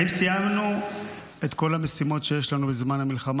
האם סיימנו את כל המשימות שיש לנו בזמן המלחמה?